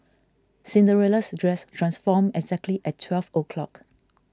Cinderella's dress transformed exactly at twelve o'clock